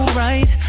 right